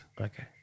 Okay